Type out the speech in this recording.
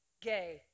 Gay